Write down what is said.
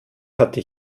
hatte